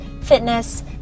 fitness